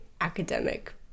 academic